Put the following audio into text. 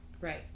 Right